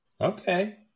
Okay